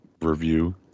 review